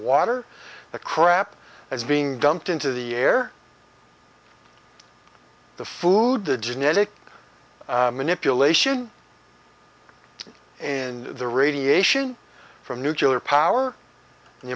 water the crap as being dumped into the air the food the genetic manipulation and the radiation from nuclear power